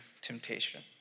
temptation